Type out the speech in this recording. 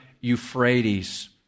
Euphrates